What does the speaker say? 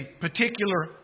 particular